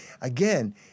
again